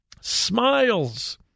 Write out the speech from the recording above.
smiles